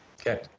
okay